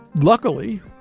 luckily